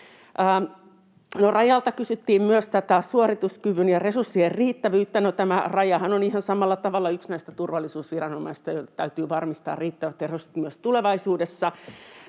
Rajalta kysyttiin myös suorituskyvyn ja resurssien riittävyyttä. No, Rajahan on ihan samalla tavalla yksi näistä turvallisuusviranomaisista, joille täytyy varmistaa riittävät resurssit